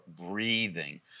breathing